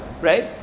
right